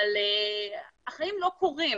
אבל החיים לא קורים,